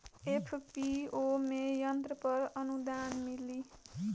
FPO में यंत्र पर आनुदान मिँली?